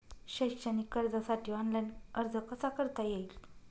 शैक्षणिक कर्जासाठी ऑनलाईन अर्ज कसा करता येईल?